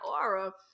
aura